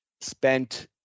spent